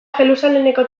jerusalemeko